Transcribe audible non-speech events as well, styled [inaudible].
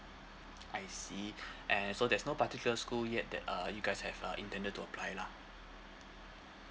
I see [breath] eh so there's no particular school yet that uh you guys have uh intended to apply lah